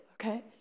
Okay